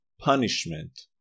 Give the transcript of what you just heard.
punishment